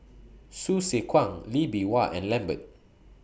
Hsu Tse Kwang Lee Bee Wah and Lambert